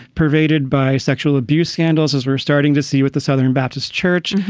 pervaded by sexual abuse scandals, as we're starting to see with the southern baptist church.